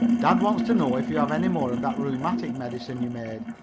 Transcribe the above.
dad wants to know if you have any more of that rheumatic medicine you made.